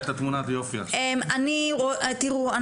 תראו,